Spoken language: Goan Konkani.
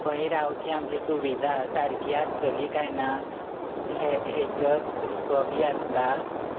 खंय रावची आमची सुविधा सारकी आसतली काय ना हे हेजोच हुस्को बी आसता